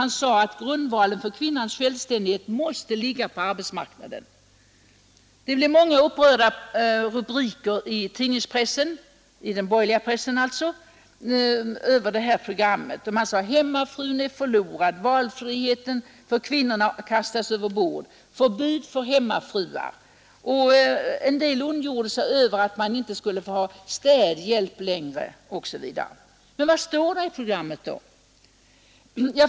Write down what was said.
Han sade att grundvalen för kvinnans självständighet måste ligga på arbetsmarknaden. Det blev många upprörda rubriker i den borgerliga tidningspressen över detta program. Man sade att hemmafrun var förlorad, att valfriheten för kvinnorna kastas över bord och att programmet innebar ett förbud mot hemmafruar. En del ondgjorde sig över att man inte skulle få ha städhjälp längre osv. Men vad står i programmet?